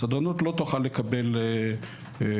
הסדרנות לא תוכל לקבל גם ביטוח.